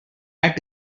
had